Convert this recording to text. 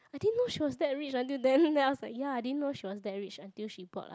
I didn't know she was that rich until then then I was like ya I didn't know she was that rich until she bought lah